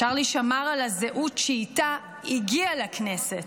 צ'רלי שמר על הזהות שאיתה הגיע לכנסת.